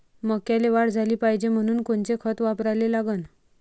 मक्याले वाढ झाली पाहिजे म्हनून कोनचे खतं वापराले लागन?